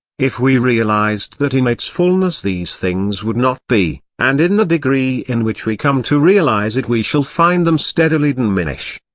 if we realised that in its fulness these things would not be and in the degree in which we come to realise it we shall find them steadily diminish.